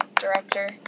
director